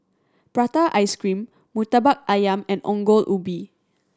prata ice cream Murtabak Ayam and Ongol Ubi